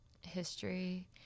history